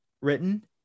written